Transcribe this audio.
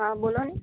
હા બોલોને